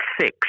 six